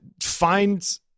find